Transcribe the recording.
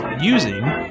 using